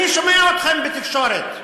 אני שומע אתכם בתקשורת,